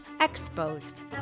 Exposed